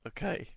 Okay